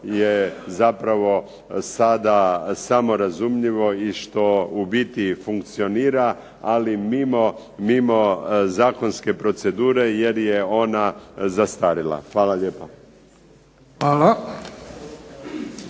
je zapravo sada samo razumljivo i što u biti funkcionira, ali mimo zakonske procedure jer je ona zastarjela. Hvala lijepa.